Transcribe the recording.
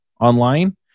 online